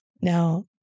Now